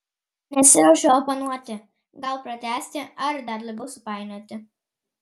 nesiruošiu oponuoti gal pratęsti ar dar labiau supainioti